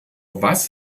was